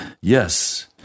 Yes